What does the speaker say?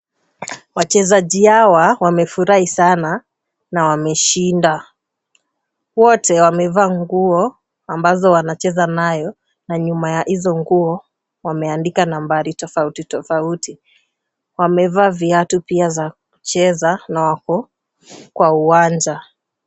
Wachezaji hawa wamefurahi sana na wameshinda. Wote wamevaa nguo ambazo wanacheza nayo na nyuma ya hizo nguo wameandika nambari tofauti tofauti. Wamevaa viatu pia za kucheza na wako kwa uwanja.